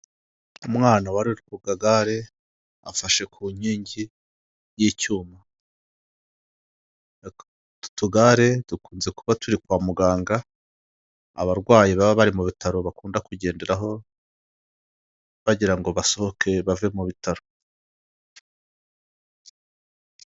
Umwana wari uri ku kagagare afashe ku nkingi y'icyuma, utu tugare dukunze kuba turi kwa muganga, abarwayi baba bari mu bitaro bakunda kugenderaho bagira ngo basohoke bave mu bitaro.